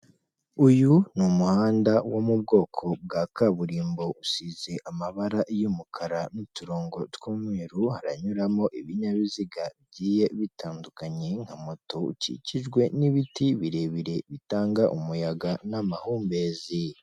Uyu umuhanda wo mu bwoko bwa kaburimbo usize amabara y'umukara n'uturongo tw'umweru haranyuramo ibinyabiziga bigiye bitandukanye nka moto ukikijwe n'ibiti birebire bitanga umuyaga n'amahumbezi.